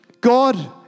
God